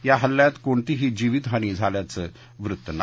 या हल्ल्यात कोणतीही जीवितहानी झाल्याचं वृत्तं नाही